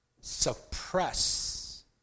suppress